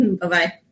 Bye-bye